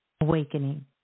Awakening